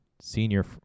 senior